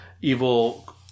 evil